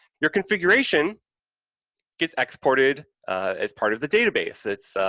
your configuration gets exported as part of the database. it's,